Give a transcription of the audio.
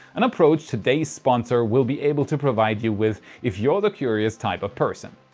an approach, todays sponsor will be able to provide you with if you're the curious type of person.